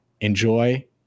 enjoy